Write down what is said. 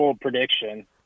prediction